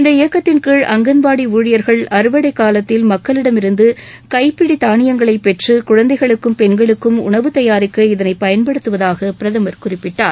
இந்த இயக்கத்தின்கீழ் அங்கன்வாடி ஊழியர்கள் அறுவடை காலத்தில் மக்களிடமிருந்து கைப்பிடி தானியங்களை பெற்று குழந்தைகளுக்கும் பெண்களுக்கும் உணவு தயாரிக்க இதனை பயன்படுத்துவதாக பிரதமர் குறிப்பிட்டார்